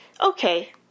Okay